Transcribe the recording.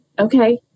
okay